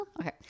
Okay